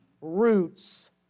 roots